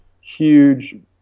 huge